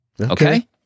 Okay